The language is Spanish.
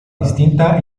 distinta